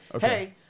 Hey